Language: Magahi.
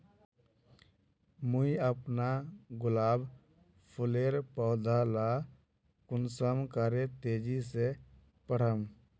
मुई अपना गुलाब फूलेर पौधा ला कुंसम करे तेजी से बढ़ाम?